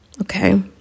okay